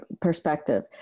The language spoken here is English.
perspective